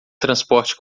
transporte